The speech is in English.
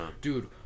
Dude